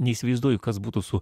neįsivaizduoju kas būtų su